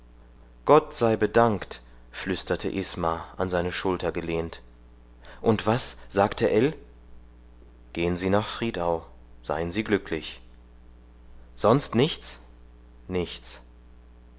gott sei bedankt flüsterte isma an seine schulter gelehnt und was sagte ell gehen sie nach friedau seien sie glücklich sonst nichts nichts